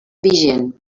vigent